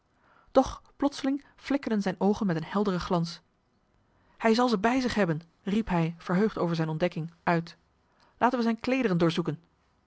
doch plotseling flikkerden zijn oogen met een helderen glans hij zal ze bij zich hebben riep hij verheugd over zijne ontdekking uit laten we zijne kleederen